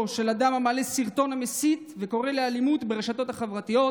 של אדם המעלה סרטון מסית וקורא לאלימות ברשתות החברתיות,